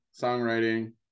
songwriting